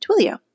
Twilio